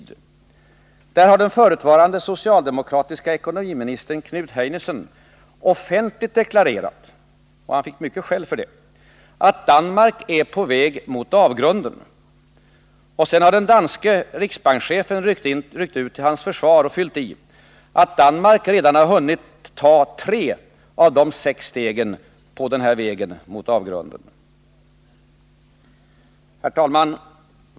Där har den förutvarande socialdemokratiske ekonomiministern Knud Heinesen offentligt deklarerat — och han fick mycket skäll för det — ”att Danmark är på väg mot avgrunden”, och sedan har den danske riksbankschefen ryckt ut till hans försvar och fyllt i, att Danmark redan hunnit ta tre av de sex stegen på denna väg mot avgrunden. Fru talman!